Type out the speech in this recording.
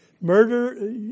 murder